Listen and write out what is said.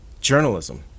journalism